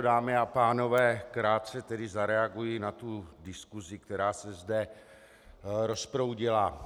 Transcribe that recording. Dámy a pánové, krátce tedy zareaguji na diskusi, která se zde rozproudila.